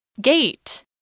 Gate